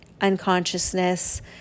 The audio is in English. unconsciousness